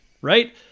right